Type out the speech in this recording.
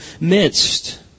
midst